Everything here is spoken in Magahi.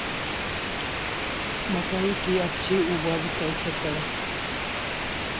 मकई की अच्छी उपज कैसे करे?